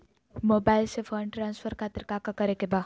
Mobile से fund transfer खातिर काका करे के बा?